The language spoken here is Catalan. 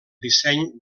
disseny